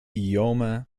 iome